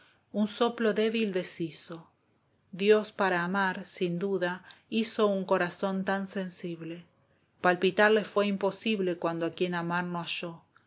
un soplo débil deshizo dios para amar sin duda huo un corazón tan sensible palpitar le fué imposible cuando a quien amar no